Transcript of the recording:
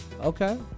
Okay